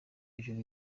hejuru